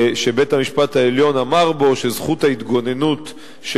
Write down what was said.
שבית-המשפט העליון אמר בו על זכות ההתגוננות של